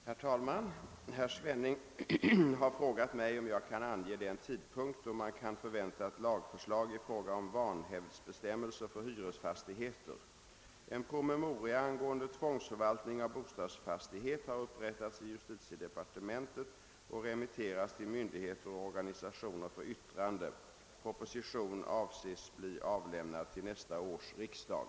Herr talman! Herr Svenning har frågat mig, om jag kan ange den tidpunkt då man kan förvänta ett lagförslag i fråga om vanhävdsbestämmelser för hyresfastigheter. En promemoria angående tvångsförvaltning av bostadsfastighet har upprättats i justitiedepartementet och remitterats till myndigheter och organi sationer för yttrande. Proposition avses bli avlämnad till nästa års riksdag.